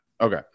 Okay